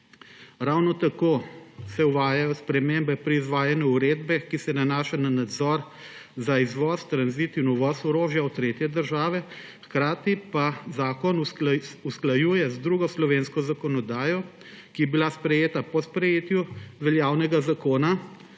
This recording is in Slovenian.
Ravno tako se uvajajo spremembe pri izvajanju uredbe, ki se nanaša na nadzor za izvoz, tranzit in uvoz orožja v tretje države, hkrati pa zakon usklajuje z drugo slovensko zakonodajo, ki je bila sprejeta po sprejetju veljavnega zakona,